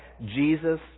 Jesus